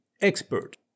expert